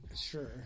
Sure